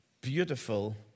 beautiful